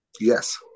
Yes